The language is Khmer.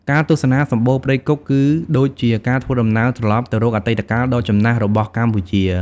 ការទស្សនាសំបូរព្រៃគុកគឺដូចជាការធ្វើដំណើរត្រឡប់ទៅរកអតីតកាលដ៏ចំណាស់របស់កម្ពុជា។